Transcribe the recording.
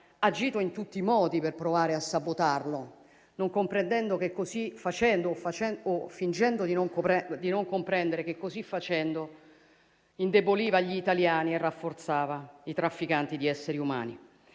agito in tutti i modi per provare a sabotarlo, non comprendendo o fingendo di non comprendere che, così facendo, indeboliva gli italiani e rafforzava i trafficanti di esseri umani.